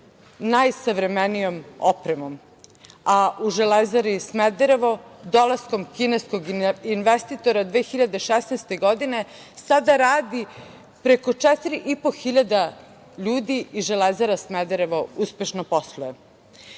najsavremenijom opremom, a u Železari Smederevo dolaskom kineskog investitora 2016. godine sada radi preko 4.500 ljudi i Železara Smederevo uspešno posluje.Za